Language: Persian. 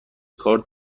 کار